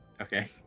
okay